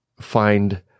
find